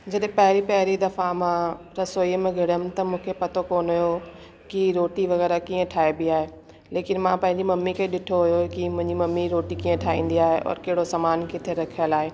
जिते पहिरीं पहिरीं दफ़ा मां रसोईअ में घिरियमि त मूंखे पतो कोन्ह हुयो की रोटी वग़ैरह कीअं ठाइबी आहे लेकिन मां पंहिंजी मम्मी खे ॾिठो हुयो की मुंहिंजी मम्मी रोटी कीअं ठाईंदी आहे और कहिड़ो सामानु किथे रखियल आहे